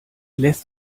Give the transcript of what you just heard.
lässt